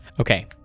Okay